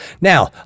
Now